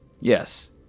Yes